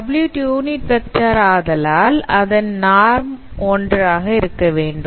W unit vector ஆதலால் அதன் norm ஒன்றாக இருக்க வேண்டும்